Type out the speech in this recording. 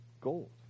gold